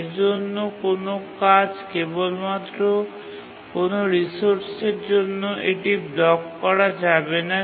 এর ফলে কোনও কাজকে কেবল মাত্র কোনও রিসোর্সের জন্য ব্লক করা যাবে না